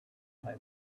table